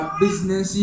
business